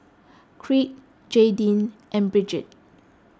Crete Jaydin and Brigid